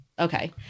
Okay